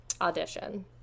Audition